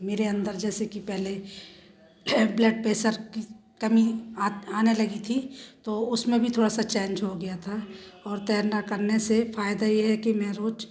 मेरे अंदर जैसे कि पहले ब्लड प्रेसर की कमी आने लगी थी तो उसमें भी थोड़ा सा चेंज हो गया था और तैरना करने से फायदा ये है कि मैं रोज